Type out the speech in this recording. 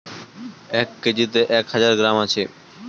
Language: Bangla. এক কেজিতে এক হাজার গ্রাম আছে